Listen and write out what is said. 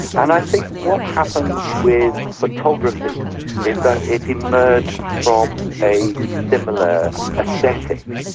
and i think what happened with photography is that it emerged from a similar aesthetic.